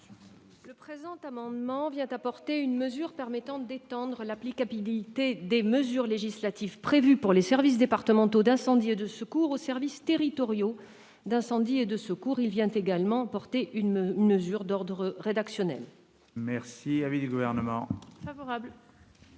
Le présent amendement vise à étendre l'applicabilité des mesures législatives prévues pour les services départementaux d'incendie et de secours aux services territoriaux d'incendie et de secours. Il vise également à prévoir une mesure d'ordre rédactionnel. Quel est l'avis du Gouvernement ? Favorable.